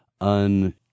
un-